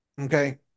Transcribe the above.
Okay